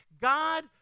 God